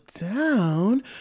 down